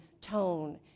tone